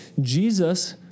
Jesus